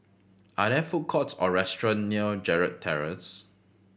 are there food courts or restaurants near Gerald Terrace